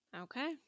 Okay